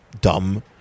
dumb